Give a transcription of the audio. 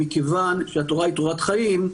מכיוון שהתורה היא תורת חיים,